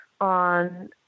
on